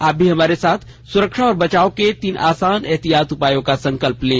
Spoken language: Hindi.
आप भी हमारे साथ सुरक्षा और बचाव के तीन आसान एहतियाती उपायों का संकल्प लें